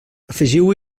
afegiu